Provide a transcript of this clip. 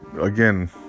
again